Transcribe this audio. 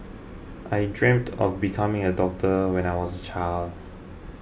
I dreamt of becoming a doctor when I was a child